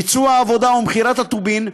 ביצוע העבודה או מכירת הטובין,